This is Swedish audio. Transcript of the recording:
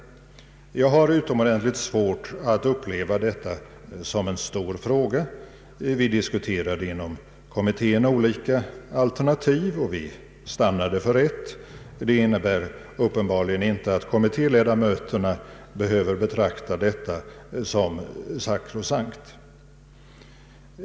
Jag har utomordentligt svårt att uppleva detta som en stor fråga. Vi diskuterade inom kommittén olika alternativ, och vi stannade för ett. Det innebär uppenbarligen inte att kommittéledamöterna behöver betrakta detta alternativ som sakrosankt.